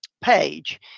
page